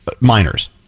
minors